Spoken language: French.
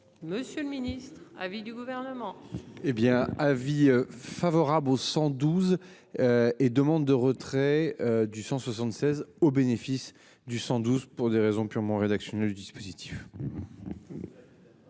Monsieur le Ministre à vie du gouvernement. Hé bien, avis favorable au 112. Et demande de retrait du 176 au bénéfice du 112 pour des raisons purement rédactionnelles dispositif.